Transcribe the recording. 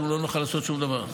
אנחנו לא נוכל לעשות שום דבר,